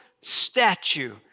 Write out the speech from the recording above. statue